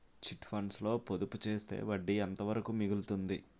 Chit funds లో పొదుపు చేస్తే వడ్డీ ఎంత వరకు మిగులుతుంది?